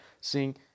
seeing